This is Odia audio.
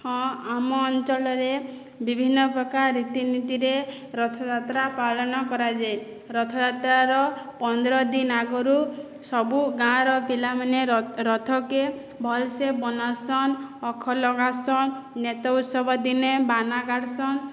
ହଁ ଆମ ଅଞ୍ଚଳରେ ବିଭିନ୍ନପ୍ରକାର ରୀତି ନୀତିରେ ରଥଯାତ୍ରା ପାଳନ କରାଯାଏ ରଥଯାତ୍ରାର ପନ୍ଦର ଦିନ ଆଗରୁ ସବୁ ଗାଁର ପିଲାମାନେ ରଥକେ ଭଲ୍ସେ ବନାସନ୍ ଅଖ ଲଗାସନ୍ ନେତ ଉତ୍ସବ ଦିନେ ବାନା ଗାଢ଼୍ସନ୍